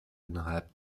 innerhalb